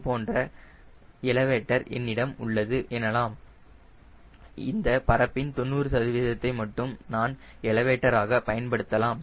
இதுபோன்ற எலவேட்டர் என்னிடம் உள்ளது எனலாம் இந்த பரப்பின் 90 சதவீதத்தை மட்டும் நான் எலிவேட்டர் ஆக பயன்படுத்தலாம்